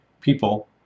people